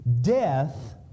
Death